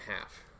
half